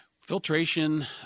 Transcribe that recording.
Filtration